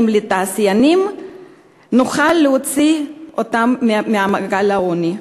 לבין התעשיינים נוכל להוציא אותם ממעגל העוני.